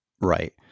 Right